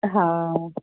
ਹਾਂ